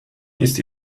ist